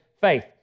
faith